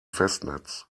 festnetz